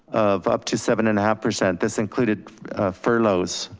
of up to seven and a half percent. this included furloughs,